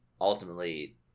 ultimately